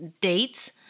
dates